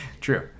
True